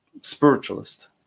spiritualist